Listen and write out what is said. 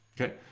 okay